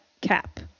cap